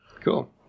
Cool